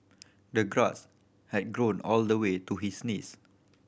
the grass had grown all the way to his knees